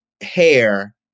hair